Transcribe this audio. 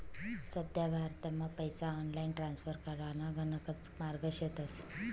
सध्या भारतमा पैसा ऑनलाईन ट्रान्स्फर कराना गणकच मार्गे शेतस